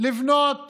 לבנות